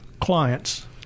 clients